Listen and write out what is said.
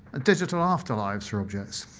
digital afterlives for objects.